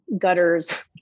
gutters